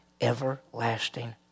everlasting